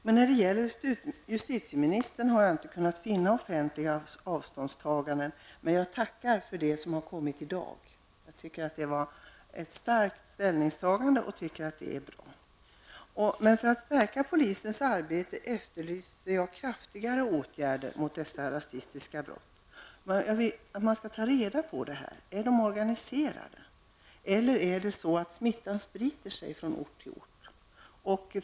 Jag har däremot inte kunnat finna något offentligt avståndstagande från justitieministerns sida. Men jag tackar för det som har kommit i dag. Jag tycker att det var ett starkt ställningstagande och att det är bra. För att man skall kunna stärka polisens arbete efterlyser jag kraftigare åtgärder mot de rasistiska brotten. Man skall ta reda på hur brotten går till. Är de organiserade eller sprider sig ''smittan'' från ort till ort?